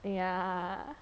ya